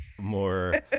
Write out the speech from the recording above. more